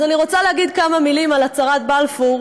אז אני רוצה להגיד כמה מילים על הצהרת בלפור,